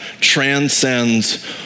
transcends